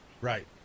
Right